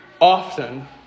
often